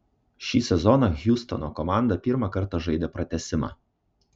šį sezoną hjustono komanda pirmą kartą žaidė pratęsimą